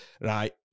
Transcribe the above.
right